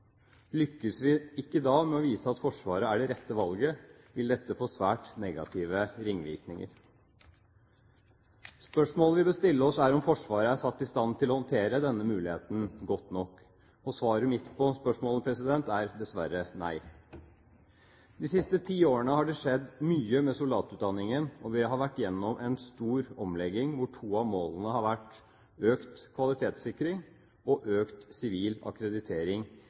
Lykkes vi ikke da med å vise at Forsvaret er det rette valget, vil dette få svært negative ringvirkninger. Spørsmålet vi bør stille oss, er om Forsvaret er satt i stand til å håndtere denne muligheten godt nok. Svaret mitt på spørsmålet er dessverre nei. De siste ti årene har det skjedd mye med soldatutdanningen, og vi har vært gjennom en stor omlegging hvor to av målene har vært økt kvalitetssikring og økt sivil akkreditering,